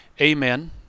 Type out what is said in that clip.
Amen